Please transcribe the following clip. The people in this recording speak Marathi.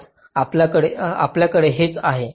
आज आपल्याकडे हेच आहे